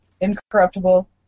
Incorruptible